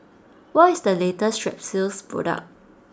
what is the latest Strepsils product